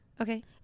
Okay